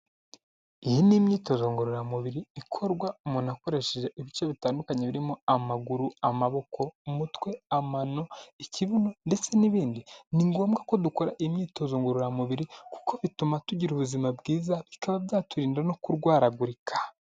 Iyi ni imyitozo ngororamubiri ikorwa umuntu akoresheje ibice bitandukanye birimo amaguru, amaboko, umutwe, amano, ikibuno ndetse n'ibindi, ni ngombwa ko dukora imyitozo ngororamubiri kuko bituma tugira ubuzima bwiza bikaba byaturinda no kurwaragurika.